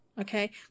okay